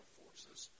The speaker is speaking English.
forces